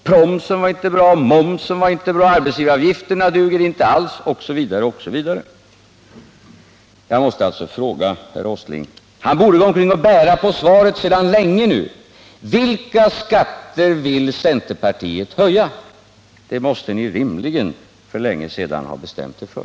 Promsen var inte bra, momsen var inte bra, arbetsgivaravgifterna duger inte alls, osv. Jag måste fråga herr Åsling — han borde gå omkring och bära på svaret sedan länge: Vilka skatter vill centerpartiet höja? Det måste ni rimligen för länge sedan ha bestämt er för.